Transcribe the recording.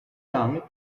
young